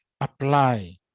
apply